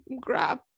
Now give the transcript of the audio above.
grab